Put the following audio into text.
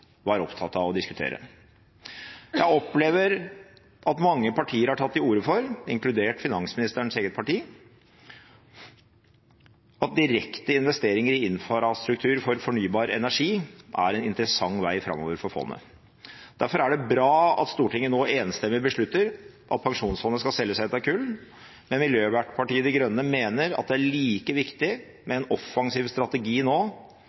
var opptatt av å diskutere. Jeg opplever at mange partier – inkludert finansministerens eget parti – har tatt til orde for at direkte investeringer i infrastruktur for fornybar energi er en interessant vei framover for fondet. Derfor er det bra at Stortinget nå enstemmig beslutter at pensjonsfondet skal selge seg ut av kull, men Miljøpartiet De Grønne mener at det nå er like viktig med en offensiv